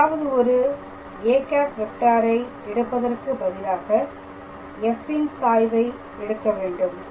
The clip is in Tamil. ஏதாவது ஒரு a வெக்டாரை எடுப்பதற்கு பதிலாக f ன் சாய்வை எடுக்க வேண்டும்